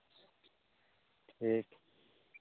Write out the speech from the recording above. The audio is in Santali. ᱴᱷᱤᱠ